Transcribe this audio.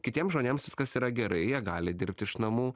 kitiems žmonėms viskas yra gerai jie gali dirbti iš namų